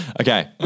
Okay